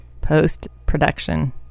Post-production